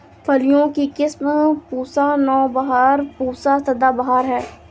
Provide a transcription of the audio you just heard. फलियों की किस्म पूसा नौबहार, पूसा सदाबहार है